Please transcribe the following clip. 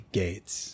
gates